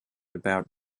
about